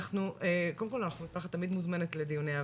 קודם כל את תמיד מוזמנת.